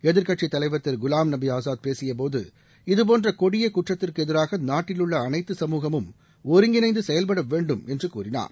எதிர்கட்சி தலைவர் திரு குலாம் நபி ஆசாத் பேசிய போது இதுபோன்ற கொடிய குற்றத்திற்கு எதிராக நாட்டிலுள்ள அனைத்து சமூகமும் ஒருங்கிணைந்து செயல்பட வேண்டும்என்று கூறினார்